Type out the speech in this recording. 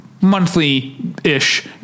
monthly-ish